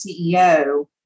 CEO